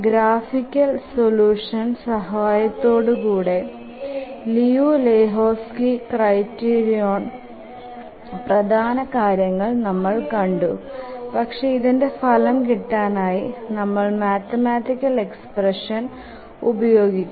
graphical solution സഹായത്തോടെ Liu Lehoczky ക്രൈറ്റീരിയോന്റെ liu lehoczkys criterion പ്രധാന കാര്യങ്ങൾ നമ്മൾ കണ്ടു പക്ഷെ ഇതിന്ടെ ഫലം കിട്ടാൻ ആയി നമ്മൾ മാത്തമറ്റിക്കൽ എക്സ്പ്രഷ്ൻ ഉപയോഗിക്കണം